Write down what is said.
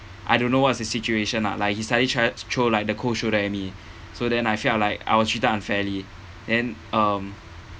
I don't know what's the situation lah like he suddenly tried to throw like the cold shoulder at me so then I felt like I was treated unfairly then um